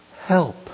Help